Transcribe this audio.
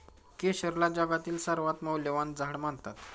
केशरला जगातील सर्वात मौल्यवान झाड मानतात